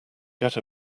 get